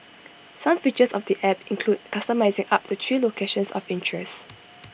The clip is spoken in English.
some features of the app include customising up to three locations of interest